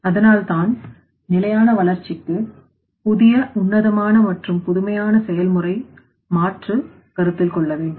அதனால் தான் நிலையான வளர்ச்சிக்கு புதிய உன்னதமான மற்றும் புதுமையான செயல்முறை மாற்றுக் கருத்தில் கொள்ள வேண்டும்